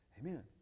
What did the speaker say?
Amen